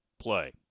play